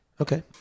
Okay